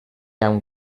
amb